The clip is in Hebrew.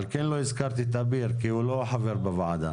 לכן לא הזכרתי את אביר, כי הוא לא חבר בוועדה,